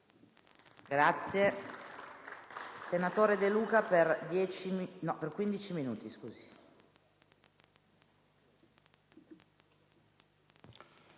Grazie